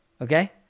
okay